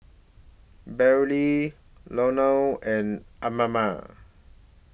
Bailee Loran and Amma